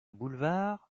boulevard